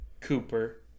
cooper